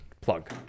plug